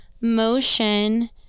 motion